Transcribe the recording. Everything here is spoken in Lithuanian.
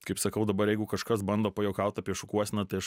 kaip sakau dabar jeigu kažkas bando pajuokaut apie šukuoseną tai aš